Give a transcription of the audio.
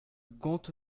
comte